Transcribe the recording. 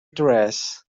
dress